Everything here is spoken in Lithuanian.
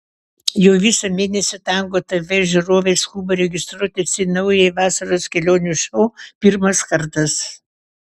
jau visą mėnesį tango tv žiūrovai skuba registruotis į naująjį vasaros kelionių šou pirmas kartas